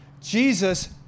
Jesus